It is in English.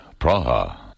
Praha